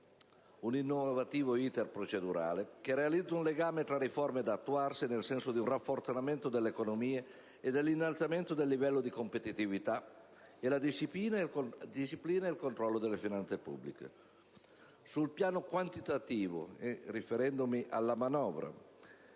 un innovativo *iter* procedurale che realizza un legame tra riforme da attuarsi, nel senso di un rafforzamento delle economie e dell'innalzamento del livello di competitività, e la disciplina e il controllo delle finanze pubbliche. Quanto alla manovra,